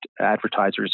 advertisers